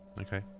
okay